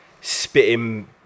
spitting